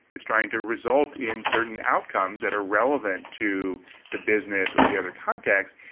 it's trying to result in certain outcomes that are relevant to the business, or the other contexts.